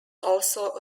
also